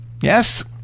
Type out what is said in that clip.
Yes